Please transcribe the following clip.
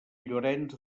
llorenç